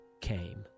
came